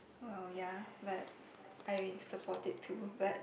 oh ya but I willing support it to but